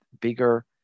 bigger